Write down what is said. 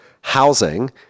housing